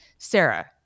sarah